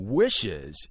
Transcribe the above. wishes